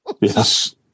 Yes